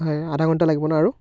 হয় আধা ঘণ্টা লাগিব ন আৰু